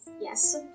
yes